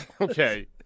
Okay